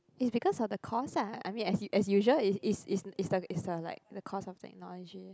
is because of the cost lah I mean as as usual is is is the is like the cost of technology